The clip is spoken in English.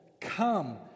Come